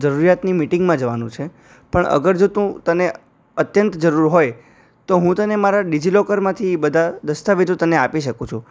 જરૂરિયાતની મીટિંગમાં જવાનું છે પણ અગર જો તું તને અત્યંત જરૂર હોય તો હું તને મારા ડીજી લોકરમાંથી બધા દસ્તાવેજો તને આપી શકું છું